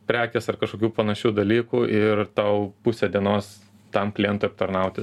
prekės ar kažkokių panašių dalykų ir tau pusę dienos tam klientui aptarnauti